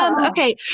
Okay